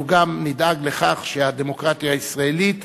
אנחנו גם נדאג לכך שהדמוקרטיה הישראלית